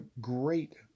great